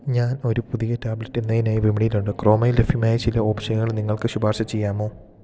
ഞാൻ ഒരു പുതിയ ടാബ്ലറ്റ് മെയിനായി വിപണിയിൽ ഉണ്ട് ക്രോമയിൽ ലഭ്യമായ ചില ഓപ്ഷനുകൾ നിങ്ങൾക്ക് ശുപാർശ ചെയ്യാമോ